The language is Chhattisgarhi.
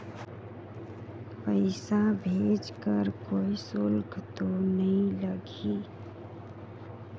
पइसा भेज कर कोई शुल्क तो नी लगही?